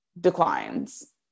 declines